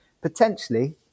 potentially